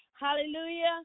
Hallelujah